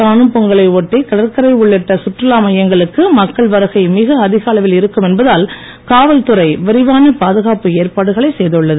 காணும் பொங்கலை ஒட்டி கடற்கரை உள்ளிட்ட சுற்றுலா மையங்களுக்கு மக்கள் வருகை மிக அதிக அளவில் இருக்கும் என்பதால் காவல்துறை விரிவான பாதுகாப்பு ஏற்பாடுகளை செய்துள்ளது